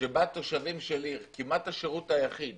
שבה תושבים של עיר, כמעט השירות היחיד